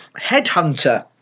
Headhunter